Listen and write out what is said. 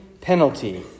penalty